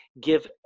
give